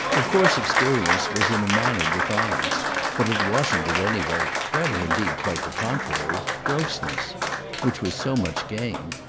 of course experience was in a manner defiance but it wasn't, at any rate rather indeed quite the contrary grossness which was so much gained.